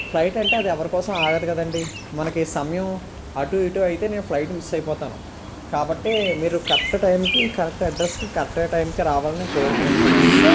flight అంటే అది ఎవరి కోసమో ఆగదు కదండి మనకి సమయం అటు ఇటు అయితే నేను ఫ్లయిట్ మిస్ అయిపోతాను కాబట్టి మీరు కరెక్ట్ టైంకి కరెక్ట్ అడ్రస్కి కరెక్ట్ టైంకి రావాలని కోరుకుంటున్నాను